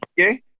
Okay